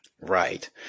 Right